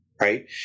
right